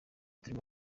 turimo